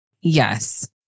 Yes